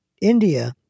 India